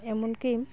ᱮᱢᱚᱱ ᱠᱤ